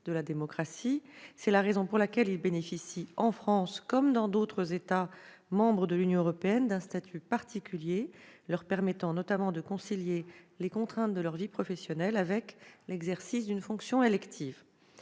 de la démocratie. C'est la raison pour laquelle ils bénéficient, en France comme dans d'autres États membres de l'Union européenne, d'un statut particulier leur permettant notamment de concilier les contraintes de leur vie professionnelle avec l'exercice d'une fonction élective.